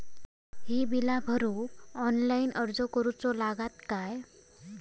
ही बीला भरूक ऑनलाइन अर्ज करूचो लागत काय?